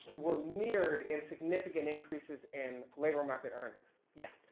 were mirrored in significant increases in labor market earnings. yeah.